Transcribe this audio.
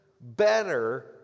better